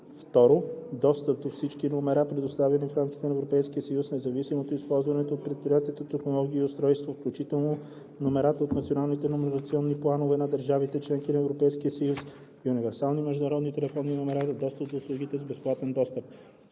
и 2. достъп до всички номера, предоставяни в рамките на Европейския съюз, независимо от използваните от предприятието технология и устройства, включително номерата от националните номерационни планове на държавите – членки на Европейския съюз и универсални международни телефонни номера за достъп до услуги с безплатен достъп.“